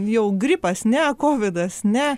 jau gripas ne kovidas ne